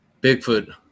Bigfoot